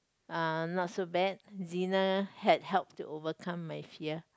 uh not so bad Zena had help to overcome my fear